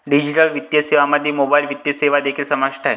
digital वित्तीय सेवांमध्ये mobile वित्तीय सेवा देखील समाविष्ट आहेत